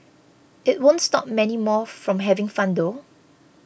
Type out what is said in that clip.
it won't stop many more from having fun though